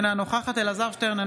אינה נוכחת אלעזר שטרן,